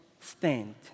stand